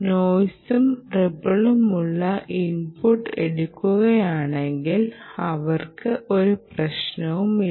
നോയ്സും റിപ്പിളുമുള്ള ഇൻപുട്ട് എടുക്കുന്നതിൽ അവർക്ക് ഒരു പ്രശ്നവുമില്ല